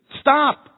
stop